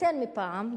יותר מפעם,